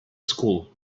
school